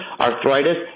arthritis